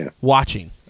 watching